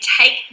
take